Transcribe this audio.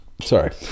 Sorry